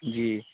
جی